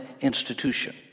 institution